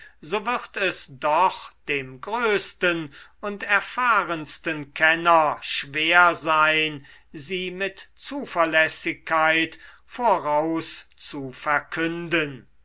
so wird es doch dem größten und erfahrensten kenner schwer sein sie mit zuverlässigkeit voraus